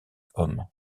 hommes